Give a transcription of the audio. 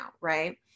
Right